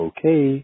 Okay